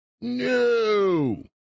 No